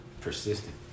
persistent